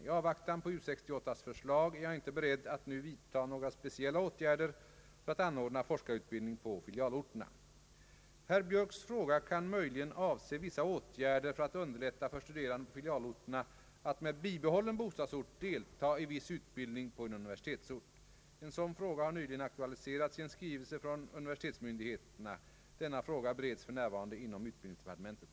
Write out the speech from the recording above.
I avvaktan på U68:s förslag är jag inte beredd att nu vidtaga några speciella åtgärder för att anordna forskarutbildning på filialorterna. Herr Björks fråga kan möjligen avse vissa åtgärder för att underlätta för studerande på filialort att med bibehållen bostadsort deltaga i viss utbildning på en universitetsort. En sådan fråga har nyligen aktualiserats i en skrivelse från universitetsmyndigheterna. Denna fråga bereds för närvarande inom utbildningsdepartementet.